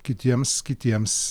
kitiems kitiems